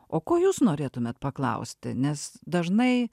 o ko jūs norėtumėt paklausti nes dažnai